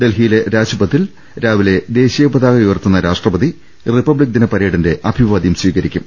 ഡൽഹിയിലെ രാജ്പഥിൽ രാവിലെ ദേശീയപതാക ഉയർത്തുന്ന രാഷ്ട്രപതി റിപ്പബ്ലിക് ദിന പരേഡിന്റെ അഭിവാദ്യം സ്വീകരിക്കും